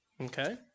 Okay